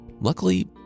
Luckily